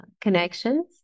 connections